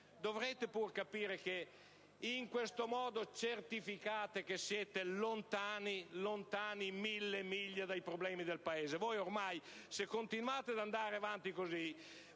Dovrete pure capire che in questo modo certificate che siete lontani mille miglia dai problemi del Paese. Se continuate ad andare avanti così,